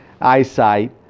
eyesight